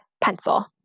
pencil